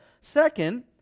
Second